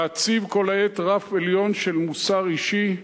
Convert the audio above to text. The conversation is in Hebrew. ולהציב כל העת רף עליון של מוסר אישי,